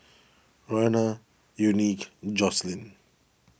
Roena Unique Joselyn